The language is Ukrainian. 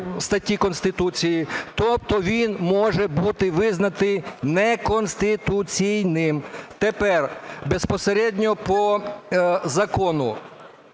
статті Конституції. Тобто він може бути визнаний неконституційним. Тепер безпосередньо по закону.